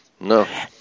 No